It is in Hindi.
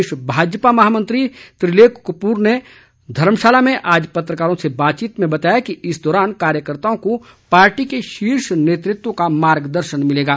प्रदेश भाजपा महामंत्री त्रिलोक कपूर ने धर्मशाला में आज पत्रकारों से बातचीत के दौरान बताया कि इस दौरान कार्यकर्ताओं को पार्टी के शीर्ष नेतृत्व का मार्गदर्शन मिलेगा